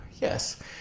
Yes